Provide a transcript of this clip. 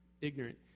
ignorant